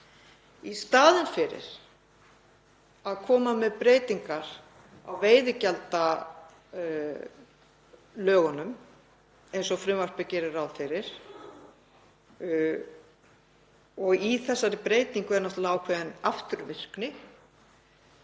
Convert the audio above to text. Í staðinn fyrir að koma með breytingar á lögum um veiðigjald eins og frumvarpið gerir ráð fyrir, og í þessari breytingu er náttúrlega ákveðin afturvirkni,